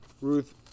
Ruth